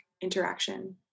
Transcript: interaction